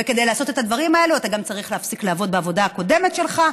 וכדי לעשות את הדברים האלה אתה צריך גם להפסיק לעבוד בעבודה הקודמת שלך,